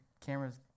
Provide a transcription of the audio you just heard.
camera's